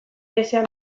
ihesean